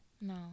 No